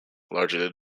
largely